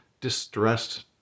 distressed